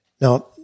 Now